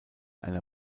einer